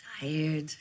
tired